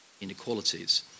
inequalities